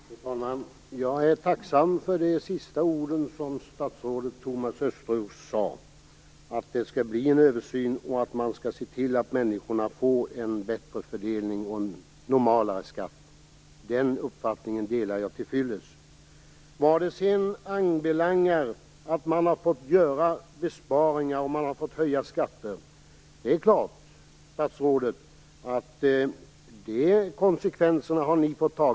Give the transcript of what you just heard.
Fru talman! Jag är tacksam för de sista orden från statsrådet Thomas Östros, om att det skall bli en översyn och om att man skall se till att det blir en bättre fördelning och en normalare skatt för människor. Den uppfattningen delar jag helt och hållet. Vad genomförda besparingar och höjda skatter anbelangar, är det klart, statsrådet, att det är konsekvenser som ni har fått ta.